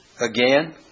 Again